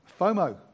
FOMO